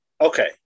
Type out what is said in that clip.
okay